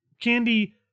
Candy